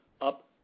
up